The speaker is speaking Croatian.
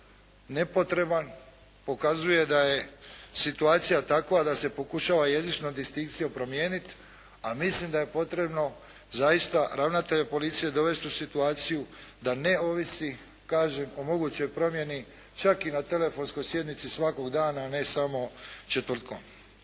nepotreban pokazuje da je situacija takva da se pokušava jezičnom distikcijom promijeniti, a mislim da je potrebno zaista ravnatelja policije dovesti u situaciju da ne ovisi, kažem, o mogućoj promjeni čak i na telefonskoj sjednici svakog dana a ne samo četvrtkom.